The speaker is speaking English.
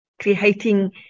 creating